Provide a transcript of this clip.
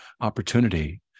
opportunity